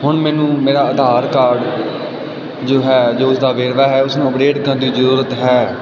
ਹੁੁਣ ਮੈਨੂੰ ਮੇਰਾ ਆਧਾਰ ਕਾਰਡ ਜੋ ਹੈ ਜੋ ਉਸ ਦਾ ਵੇਰਵਾ ਹੈ ਉਸਨੂੰ ਅਪਡੇਟ ਕਰਨ ਦੀ ਜ਼ਰੂਰਤ ਹੈ